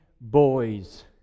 boys